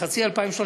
חצי 2013,